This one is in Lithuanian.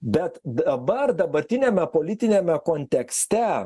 bet dabar dabartiniame politiniame kontekste